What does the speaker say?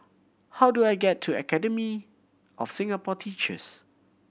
how do I get to Academy of Singapore Teachers